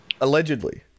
Allegedly